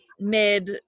mid